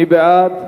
מי בעד?